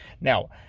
Now